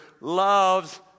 loves